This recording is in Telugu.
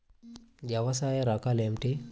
వ్యవసాయ రకాలు ఏమిటి?